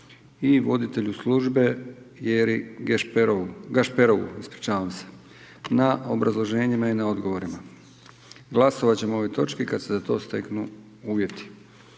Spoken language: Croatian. i voditelju službe Pjeri Gašperovu na obrazloženjima i na odgovorima. Glasovat ćemo o ovoj točki kad se za to steknu uvjeti.